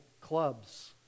clubs